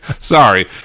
sorry